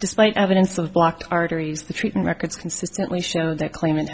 despite evidence of blocked arteries the treatment records consistently show that claim